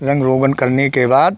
रंग रोगन करने के बाद